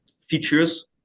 features